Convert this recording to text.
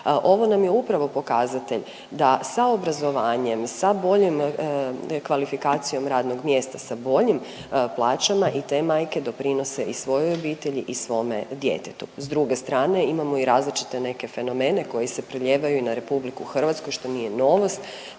Ovo nam je upravo pokazatelj da sa obrazovanjem, sa boljom kvalifikacijom radnog mjesta, sa boljim plaćama i te majke doprinose i svojoj obitelji i svome djetetu. S druge strane imamo i različite neke fenomene koji se preljevaju i na RH, što nije novost,